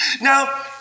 Now